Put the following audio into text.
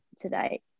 today